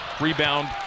Rebound